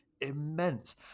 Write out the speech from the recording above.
immense